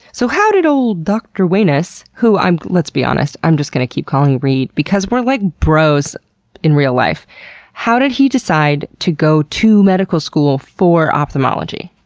so how did ol' dr. wainess, who, let's be honest, i'm just going to keep calling reid because we're like bros in real life how did he decide to go to medical school for ophthalmology?